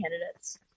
candidates